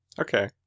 Okay